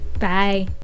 Bye